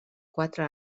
quatre